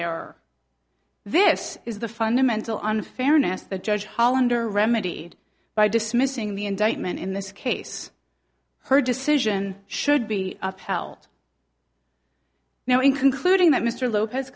error this is the fundamental unfairness the judge hollander remedy by dismissing the indictment in this case her decision should be upheld now in concluding that mr lopez